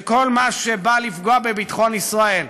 שכל מה שבא לפגוע בביטחון ישראל,